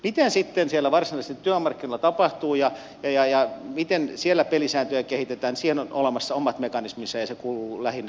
mitä siellä sitten varsinaisesti työmarkkinoilla tapahtuu ja miten siellä pelisääntöjä kehitetään siihen on olemassa omat mekanisminsa ja se kuuluu lähinnä työmarkkinaosapuolille